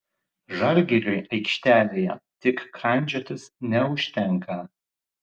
žalgiriui aikštelėje tik kandžiotis neužtenka